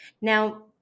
Now